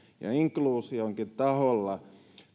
ja inkluusionkin taholla